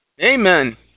Amen